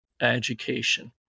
education